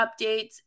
updates